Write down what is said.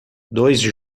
dois